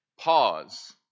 pause